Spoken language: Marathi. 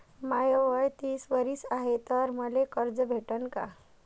माय वय तीस वरीस हाय तर मले कर्ज भेटन का?